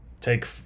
take